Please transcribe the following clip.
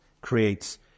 creates